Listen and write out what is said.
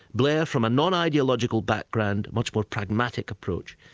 blair, from a non-ideological background, much more pragmatic approach,